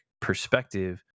perspective